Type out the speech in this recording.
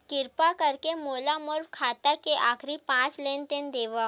किरपा करके मोला मोर खाता के आखिरी पांच लेन देन देखाव